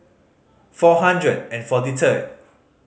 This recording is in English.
four hundred and forty third